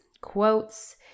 quotes